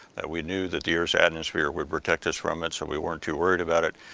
that we knew that the earth's atmosphere would protect us from it, so we weren't too worried about it.